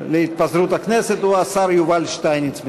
להתפזרות הכנסת הוא השר יובל שטייניץ,